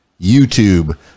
YouTube